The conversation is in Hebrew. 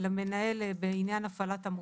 למנהל בעניין הפעלת המוקד?